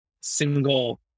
single